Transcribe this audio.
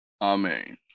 Amen